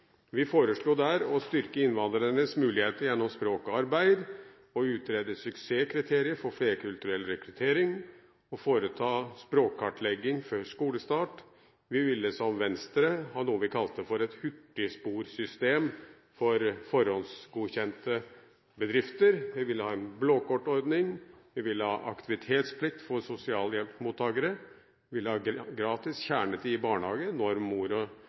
Vi foreslo da å styrke innvandrernes muligheter gjennom språk og arbeid, å utrede suksesskriteriene for flerkulturell rekruttering og å foreta språkkartlegging før skolestart. Vi ville, som Venstre, ha noe vi kalte for et hurtigsporsystem for forhåndsgodkjente bedrifter. Vi ville ha en blått kort-ordning. Vi ville ha aktivitetsplikt for sosialhjelpsmottakere og gratis kjernetid i barnehagen når